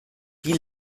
wie